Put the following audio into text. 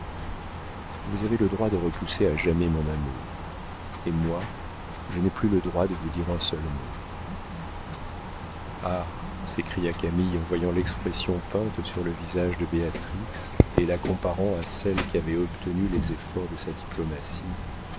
vous avez le droit de repousser à jamais mon amour et moi je n'ai plus le droit de vous dire un seul mot ah s'écria camille en voyant l'expression peinte sur le visage de béatrix et la comparant à celle qu'avaient obtenue les efforts de sa diplomatie